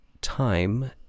time